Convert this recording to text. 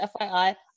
FYI